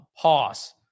pause